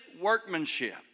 workmanship